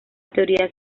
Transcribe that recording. teorías